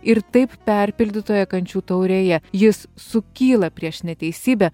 ir taip perpildytoje kančių taurėje jis sukyla prieš neteisybę